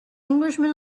englishman